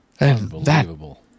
Unbelievable